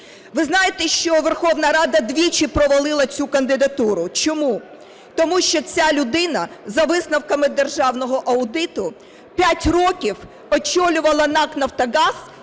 Ви знаєте, що Верховна Рада двічі провалила цю кандидатуру. Чому? Тому що ця людина, за висновками Державного аудиту, 5 років очолювала НАК "Нафтогаз"